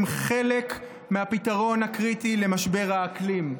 הם חלק מהפתרון הקריטי למשבר האקלים.